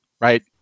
right